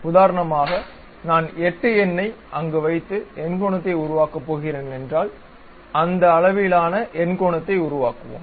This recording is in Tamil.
உதாரணமாக நான் 8 எண்ணை அங்கு வைத்து எண்கோணத்தை உருவாக்கப் போகிறேன் என்றால் அந்த அளவிலான எண்கோணத்தை உருவாக்குவோம்